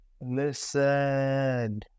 Listen